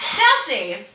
Chelsea